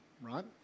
right